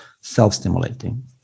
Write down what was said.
self-stimulating